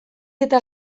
eta